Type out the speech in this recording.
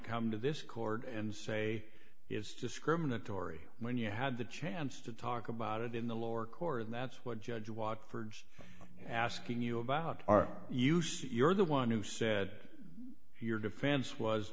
come to this court and say it's discriminatory when you had the chance to talk about it in the lower court and that's what judge watford's asking you about are you see you're the one who said your defense was